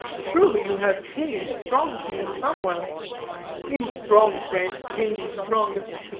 surely you have pain, strong pain, somewhere in strong frames pain is strongest.